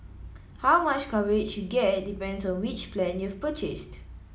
how much coverage you get depends on which plan you've purchased